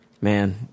man